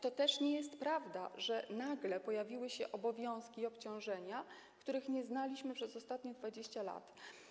To też nie jest prawda, że nagle pojawiły się obowiązki i obciążenia, których nie znaliśmy przez ostatnie 20 lat.